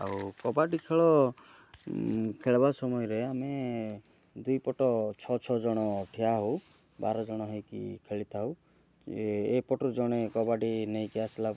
ଆଉ କବାଡ଼ି ଖେଳ ଖେଳିବା ସମୟରେ ଆମେ ଦୁଇପଟ ଛଅ ଛଅ ଜଣ ଠିଆ ହେଉ ବାର ଜଣ ହୋଇକି ଖେଳିଥାଉ ଏ ଏପଟରୁ ଜଣେ କବାଡ଼ି ନେଇକି ଆସିଲା